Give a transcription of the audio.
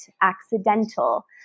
accidental